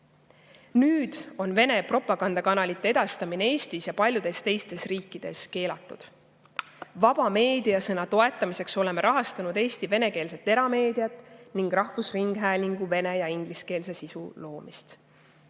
Nüüd on Vene propagandakanalite edastamine Eestis ja paljudes teistes riikides keelatud. Vaba meediasõna toetamiseks oleme rahastanud Eesti venekeelset erameediat ning rahvusringhäälingu vene- ja ingliskeelse sisu loomist.